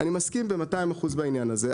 אני מסכים ב-200% בעניין הזה.